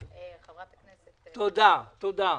עאידה,